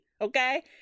okay